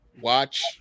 watch